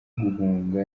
guhunga